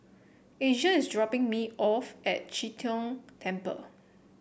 Asia is dropping me off at Chee Tong Temple